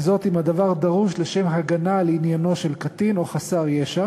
וזאת אם הדבר דרוש לשם הגנה על עניינו של קטין או חסר ישע